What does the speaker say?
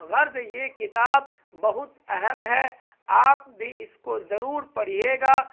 غرض یہ کتاب بہت اہم ہے آپ بھی اس کو ضرور پڑھیے گا